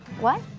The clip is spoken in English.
what?